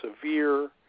severe